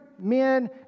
men